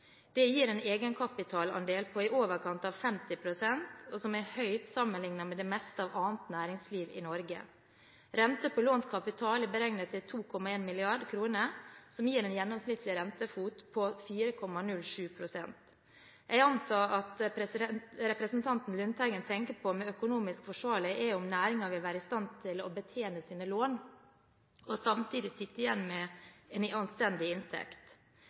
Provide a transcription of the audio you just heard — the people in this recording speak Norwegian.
Det gir en egenkapitalandel på i overkant av 50 pst. – det er høyt sammenlignet med det meste av annet næringsliv i Norge. Renter på lånt kapital er beregnet til 2,1 mrd. kr, som gir en gjennomsnittlig rentefot på 4,07 pst. Jeg antar at det representanten Lundteigen tenker på med «økonomisk forsvarlig», er om næringen vil være i stand til å betjene sine lån, og samtidig sitte igjen med en anstendig inntekt.